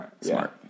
Smart